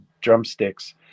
drumsticks